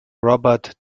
robert